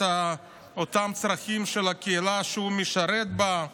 את אותם הצרכים של הקהילה שהוא משרת בה.